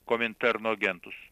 kominterno agentus